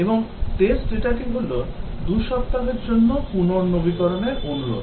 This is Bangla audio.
এবং test data টি হল 2 সপ্তাহের জন্য পুনর্নবীকরণের অনুরোধ